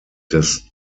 des